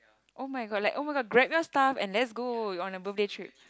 oh-my-god like oh-my-god like grab your stuff and let's go on like a birthday trip